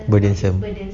burdensome